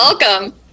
welcome